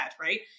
right